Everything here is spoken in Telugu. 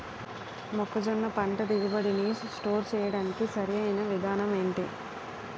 మొక్కజొన్న పంట దిగుబడి నీ స్టోర్ చేయడానికి సరియైన విధానం ఎంటి?